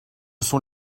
sont